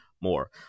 more